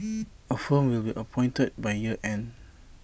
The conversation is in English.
A firm will be appointed by year end